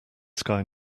sky